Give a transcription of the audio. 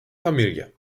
familie